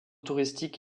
touristiques